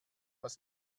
was